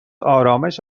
آرامش